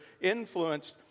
influenced